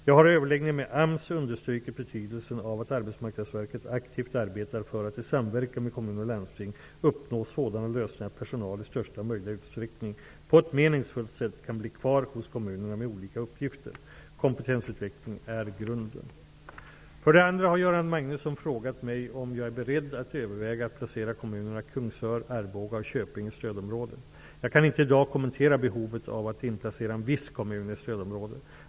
Jag har i överläggningar med AMS understrukit betydelsen av att Arbetsmarknadsverket aktivt arbetar för att i samverkan med kommuner och landsting uppnå sådana lösningar att personal i största möjliga utsträckning på ett meningsfullt sätt kan bli kvar hos kommunerna med olika uppgifter. Kompetensutveckling är grunden. För det andra har Göran Magnusson frågat mig om jag är beredd att överväga att placera kommunerna Jag kan inte i dag kommentera behovet av att inplacera en viss kommun i stödområde.